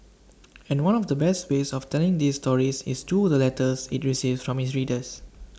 and one of the best ways of telling these stories is through the letters IT receives from its readers